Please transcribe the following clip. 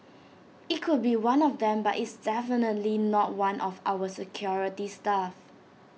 IT could be one of them but it's definitely not one of our security staff